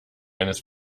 eines